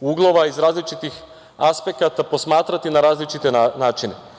uglova, iz različitih aspekata, posmatrati na različite načine